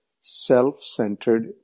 self-centered